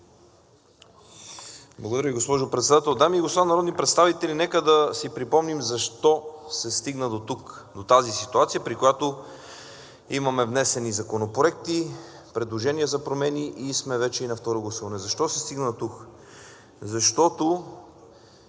Благодаря Ви, госпожо Председател. Дами и господа народни представители, нека да си припомним защо се стигна дотук, до тази ситуация, при която имаме внесени законопроекти, предложения за промени и вече сме на второ гласуване. Защо се стигна дотук? Защото